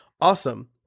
awesome